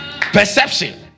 Perception